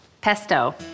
Pesto